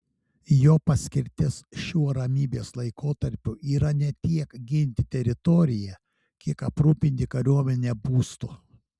jo paskirtis šiuo ramybės laikotarpiu yra ne tiek ginti teritoriją kiek aprūpinti kariuomenę būstu